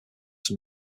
from